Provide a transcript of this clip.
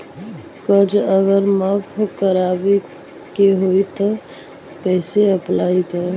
कर्जा अगर माफी करवावे के होई तब कैसे अप्लाई करम?